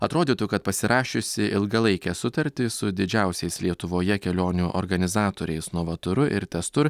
atrodytų kad pasirašiusi ilgalaikę sutartį su didžiausiais lietuvoje kelionių organizatoriais novaturu ir testur